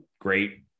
great